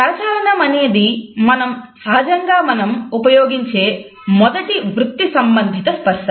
కరచాలనం అనేది సహజంగా మనం ఉపయోగించే మొదటి వృత్తి సంబంధిత స్పర్శ